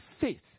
faith